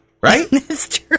right